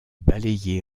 balayée